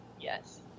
yes